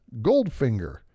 Goldfinger